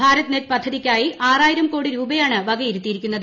Bharat Net പദ്ധതിക്കായി ആറായിരം കോടി രൂപയാണ് വകയിരുത്തിയിരിക്കുന്നത്